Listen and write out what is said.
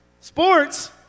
Sports